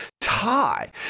tie